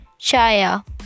chaya